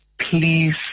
please